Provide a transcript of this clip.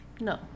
No